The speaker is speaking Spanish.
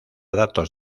datos